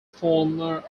former